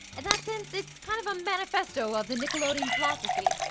and that sense, it's kind of a manifesto of the nickelodeon philosophy.